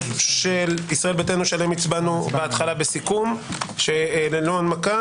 של ישראל ביתנו שעליהן הצבענו ללא הנמקה.